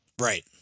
Right